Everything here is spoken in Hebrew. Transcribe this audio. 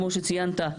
כמו שציינת,